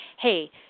hey